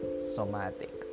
somatic